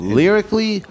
lyrically